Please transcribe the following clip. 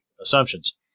assumptions